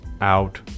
out